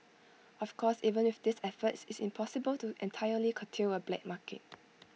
of course even with these efforts IT is impossible to entirely curtail A black market